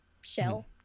shell